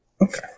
Okay